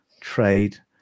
trade